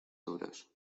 euros